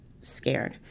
scared